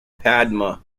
padma